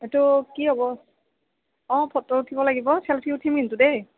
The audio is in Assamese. এইটো কি হ'ব অ ফটো উঠিব লাগিব চেল্ফি উঠিম কিন্তু দেই